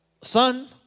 son